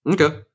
Okay